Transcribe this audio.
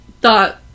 thought